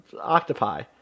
octopi